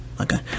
Okay